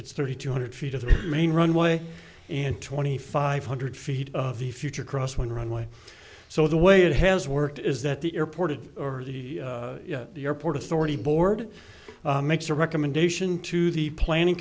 it's thirty two hundred feet of the main runway and twenty five hundred feet of the future cross one runway so the way it has worked is that the airport and or the airport authority board makes a recommendation to the planning